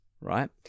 Right